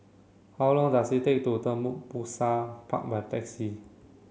how long does it take to Tembusu Park my taxi